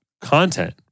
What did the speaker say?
content